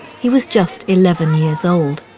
he was just eleven years old.